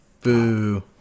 Boo